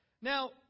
Now